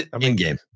in-game